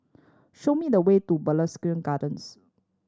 show me the way to Mugliston Gardens